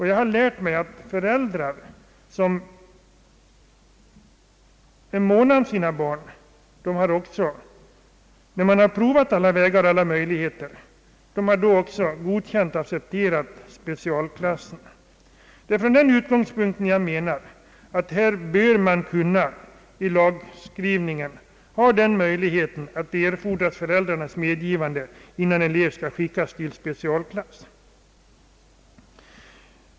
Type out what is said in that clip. Jag har lärt mig att föräldrar som är måna om sina barn, när alla möjligheter och vägar har prövats, också har godkänt och accepterat specialklasserna. Utgångspunkten bör enligt mitt förmenande vara att den möjligheten skrivs in i lagen att föräldrarnas medgivande erfordras innan en elev skickas till specialklass.